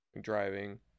driving